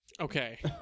Okay